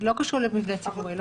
לא קשור למבנה ציבורי.